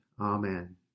Amen